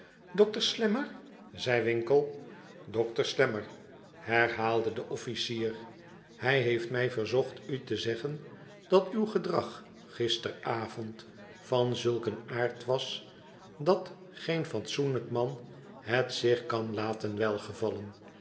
dokter slammer zei winkle r dokter slammer herhaalde de off icier hij heeft mij verzocht u te zeggen dat uw gedrag gisteravond van zulk een aard was dat geen fatsoenlijk man het zich kan laten welgevallen